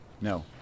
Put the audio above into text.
no